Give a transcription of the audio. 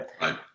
Right